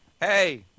Hey